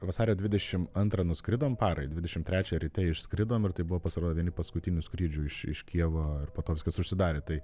vasario dvidešim antrą nuskridom parai dvidešim trečią ryte išskridom ir tai buvo pasirodo vieni paskutinių skrydžių iš iš kijevo ir po to viskas užsidarė tai